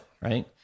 right